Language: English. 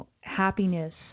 happiness